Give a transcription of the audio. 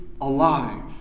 alive